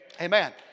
Amen